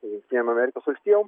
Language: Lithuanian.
jungtinėm amerikos valstijom